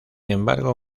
embargo